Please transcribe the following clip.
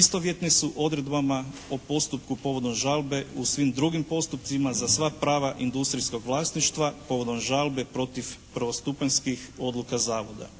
istovjetne su odredbama o postupku povodom žalbe u svim drugim postupcima za sva prava industrijskog vlasništva povodom žalbe protiv prvostupanjskih odluka Zavoda.